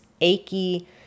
achy